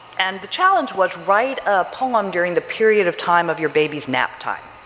and the challenge was write a poem during the period of time of your baby's nap time.